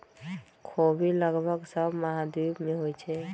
ख़ोबि लगभग सभ महाद्वीप में होइ छइ